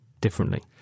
differently